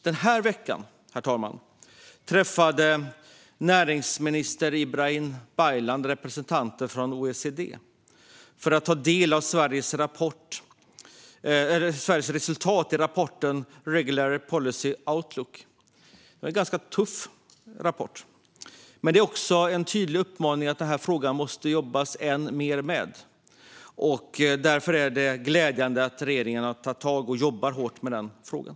Den här veckan, herr talman, träffade näringsminister Ibrahim Baylan representanter från OECD för att ta del av Sveriges resultat i rapporten Regulatory Policy Outlook . Det är en ganska tuff rapport. Men det är också en tydlig uppmaning att jobba än mer med den här frågan. Därför är det glädjande att regeringen har tagit tag i och jobbar hårt med frågan.